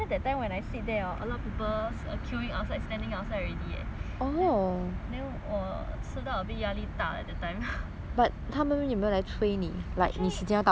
queuing outside standing outside already leh then 我吃到 a bit 压力大 eh that time actually um they never 催